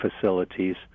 facilities